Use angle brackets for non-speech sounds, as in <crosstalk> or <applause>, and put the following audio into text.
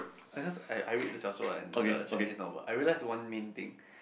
<noise> because I I read the 小说 and the Chinese novel I realize one main thing